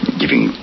giving